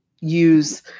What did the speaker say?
use